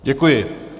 Děkuji.